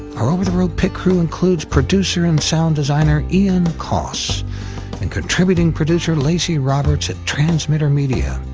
our over the road pit crew includes producer and sound designer ian coss and contributing producer lacey roberts at transmitter media.